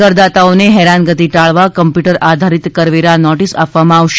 કરદાતાઓને હેરાનગતિ ટાળવા કમ્પ્યુટર આધારીત કરવેરા નોટીસ આપવામાં આવશે